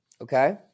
Okay